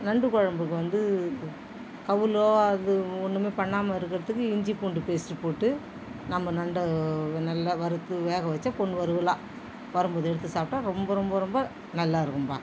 நண்டு குழம்புக்கு வந்து கவுளோ அது ஒன்றுமே பண்ணாமல் இருக்கறதுக்கு இஞ்சி பூண்டு பேஸ்ட் போட்டு நம்ம நண்டை நல்லா வறுத்து வேகவச்சு பொன் வறுவலாக வரும் போது எடுத்து சாப்பிட்டா ரொம்ப ரொம்ப ரொம்ப நல்லா இருக்கும்ப்பா